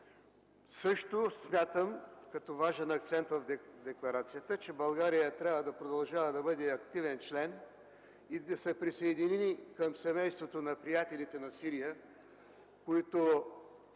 също за важен акцент в декларацията, че България трябва да продължава да бъде активен член и да се присъедини към семейството на приятелите на Сирия, които